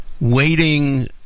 waiting